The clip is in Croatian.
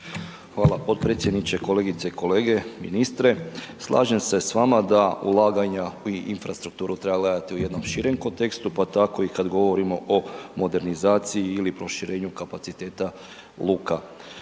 Hvala podpredsjedniče, kolegice i kolege, ministre slažem se s vama da ulaganja u infrastrukturu treba gledati u jednom širem kontekstu, pa tako i kada govorimo o modernizaciji ili proširenju kapaciteta luka.